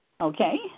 Okay